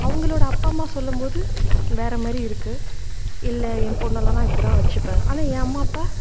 அவங்களோட அப்பா அம்மா சொல்லும் போது வேறே மாதிரி இருக்குது இல்லை என் பொண்ணலாம் நான் இப்படி தான் வச்சிப்பேன் ஆனால் என் அம்மா அப்பா